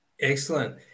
Excellent